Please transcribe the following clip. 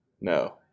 No